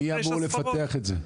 מי אמור לפתח את זה?